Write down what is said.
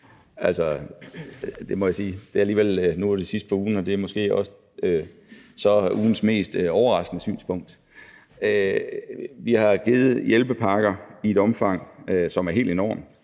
Det må jeg sige. Nu er det sidst på ugen, og det er så måske ugens mest overraskende synspunkt. Vi har givet hjælpepakker i et omfang, som er helt enormt,